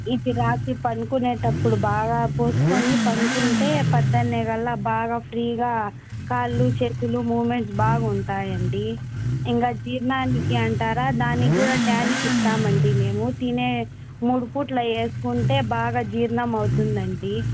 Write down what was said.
ఇది రాత్రి పండుకునేటప్పుడు బాగా పూసుకొని పండుకుంటే ప్రొద్దన్న కల్ల బాగా ఫ్రీగా కాళ్ళు చేతులు మూమెంట్స్ బాగుంటాయి అండి ఇంకా జీర్ణానికి అంటారా దానికి కూడా ట్యానిక్ ఇస్తాం అండి మేము తినే మూడు పూట్ల వేసుకుంటే బాగా జీర్ణం అవుతుంది అండి